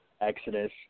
exodus